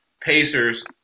Pacers